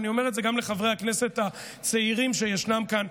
ואני אומר את זה גם לחברי הכנסת הצעירים שישנם כאן,